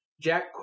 Jack